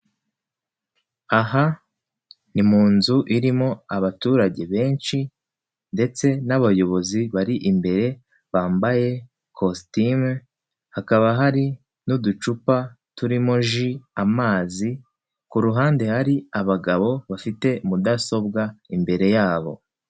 Aha ni mu nzu irimo abaturage benshi ndetse n'abayobozi bari imbere bambaye kositimu, hakaba hari n'uducupa turimo ji, amazi. Ku ruhande hari abagabo bafite mudasobwa imbere yabo.